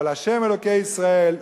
אבל ה' אלוקי ישראל,